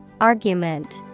Argument